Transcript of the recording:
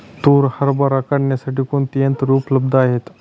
तूर हरभरा काढण्यासाठी कोणती यंत्रे उपलब्ध आहेत?